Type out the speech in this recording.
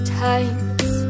times